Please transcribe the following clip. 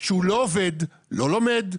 שלא עובד, לא לומד,